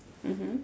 mmhmm